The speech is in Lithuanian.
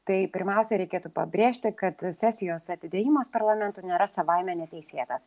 tai pirmiausia reikėtų pabrėžti kad sesijos atidėjimas parlamento nėra savaime neteisėtas